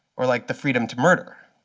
or like the freedom to murder?